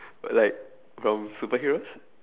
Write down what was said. but like from superheroes